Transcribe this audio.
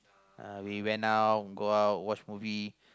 uh we went out go out watch movie